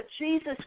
Jesus